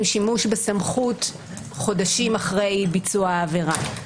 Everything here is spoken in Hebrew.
שימוש בסמכות חודשים אחרי ביצוע העבירה,